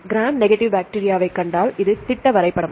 gram negative பாக்டீரியாவைக் கண்டால் இது திட்ட வரைபடம்